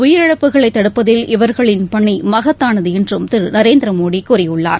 உயிரிழப்புகளை தடுப்பதில் இவர்களின் பணி மகத்தானது என்றும் திரு நரேந்திர மோடி கூறியுள்ளார்